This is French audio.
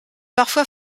parfois